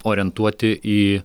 orientuoti į